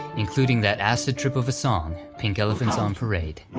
including that acid-trip of a song, pink elephants on parade.